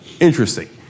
Interesting